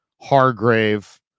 Hargrave